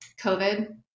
COVID